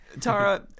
tara